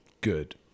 Good